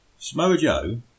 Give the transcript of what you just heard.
Smojo